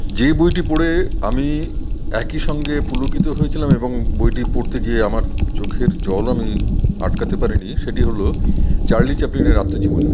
যে বইটি পড়ে আমি একইসঙ্গে পুলকিত হয়েছিলাম এবং বইটি পড়তে গিয়ে আমার চোখের জলও আমি আটকাতে পারিনি সেটি হল চার্লি চ্যাপলিনের আত্মজীবনী